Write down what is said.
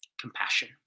compassion